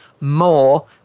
more